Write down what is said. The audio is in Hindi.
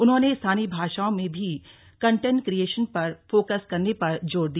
उन्होंने स्थानीय भाषाओं में भी कंटेंट क्रियेशन पर फोकस करने पर जोर दिया